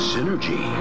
Synergy